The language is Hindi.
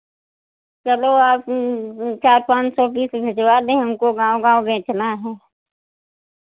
चलो आप चार पाँच सौ पीस भिजवा दें हमको गाँव गाँव बेचना है